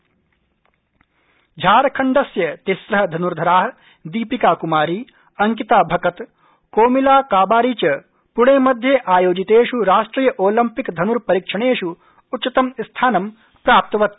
धन्परीक्षा झारखंडस्य तिम्र धन्धरा दीपिका कुमारी अंकिता भकत कोमोलिकाबारी च पुणेमध्ये आयोजितेष् राष्ट्रिय ओलम्पिक धन्परीक्षणेष् उच्चतमं स्थानं प्राप्तवत्य